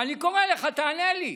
ואני קורא לך, תענה לי.